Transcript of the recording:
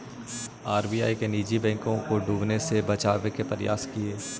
RBI ने निजी बैंकों को डूबने से बचावे के प्रयास किए